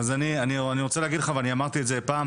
אני רוצה להגיד לך ואני אמרתי את זה פעם,